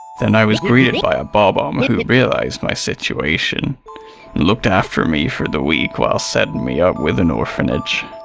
then i was greeted by a bob-omb, who realised my situation, and looked after me for the week while setting me up with an orphanage.